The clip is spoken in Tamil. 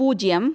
பூஜ்ஜியம்